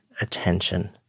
attention